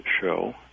show